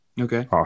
Okay